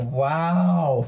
wow